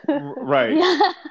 Right